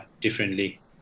differently